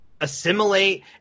assimilate